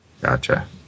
Gotcha